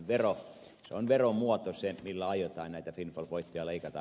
se on veromuoto millä aiotaan näitä windfall voittoja leikata